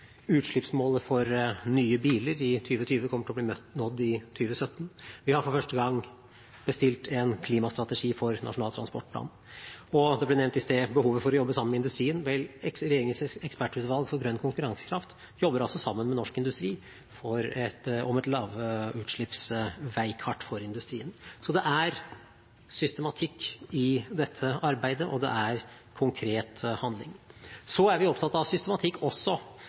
Utslippsmålet for nye biler i 2020 kommer til å bli nådd i 2017. Vi har for første gang bestilt en klimastrategi for Nasjonal transportplan. Behovet for å jobbe sammen med industrien ble nevnt i sted. Vel – regjeringens ekspertutvalg for grønn konkurransekraft jobber sammen med Norsk Industri om et lavutslippsveikart for industrien. Så det er systematikk i dette arbeidet, og det er konkret handling. Vi er opptatt av systematikk også